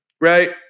right